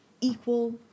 equal